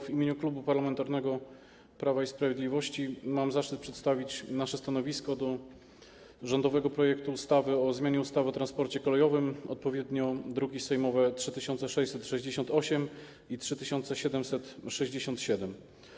W imieniu Klubu Parlamentarnego Prawo i Sprawiedliwość mam zaszczyt przedstawić nasze stanowisko wobec rządowego projektu ustawy o zmianie ustawy o transporcie kolejowym, druki sejmowe odpowiednio nr 3668 i 3767.